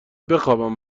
بخابم